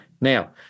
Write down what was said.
Now